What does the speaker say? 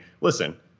listen